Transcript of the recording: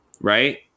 Right